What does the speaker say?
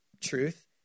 truth